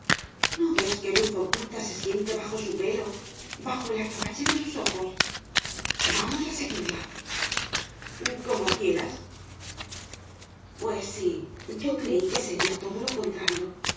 no ves qué luz oculta se siente bajo su pelo bajo el azabache de sus ojos vamos a seguirla como quieras pues sí yo creí que sería todo lo contrario